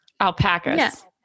alpacas